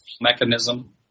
Mechanism